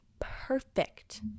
perfect